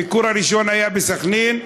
הביקור הראשון היה בסח'נין,